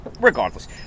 Regardless